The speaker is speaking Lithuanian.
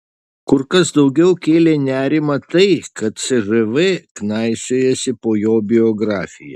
kur kas daugiau kėlė nerimą tai kad cžv knaisiojasi po jo biografiją